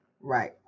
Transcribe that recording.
Right